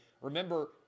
Remember